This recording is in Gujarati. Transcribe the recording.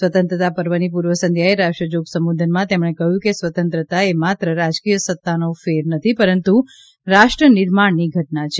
સ્વતંત્રતા પર્વની પૂર્વ સંઘ્યાએ રાષ્ટ્રજાગ સંબોધનમાં તેમણે કહ્યું કે સ્વતંત્રતાએ માત્ર રાજકીય સત્તાનો ફેર નથી પરંતુ રાષ્ટ્ર નિર્માણની ઘટના છે